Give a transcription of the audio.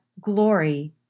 glory